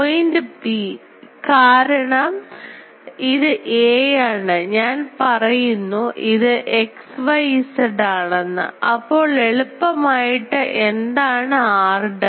point P കാരണം ഇത് a ആണ് ഞാൻ പറയുന്നു ഇതു x y z ആണെന്ന് അപ്പോൾ എളുപ്പം ആയിട്ട് എന്താണ് r dash